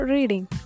Reading